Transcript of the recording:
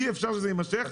אי אפשר שזה יימשך.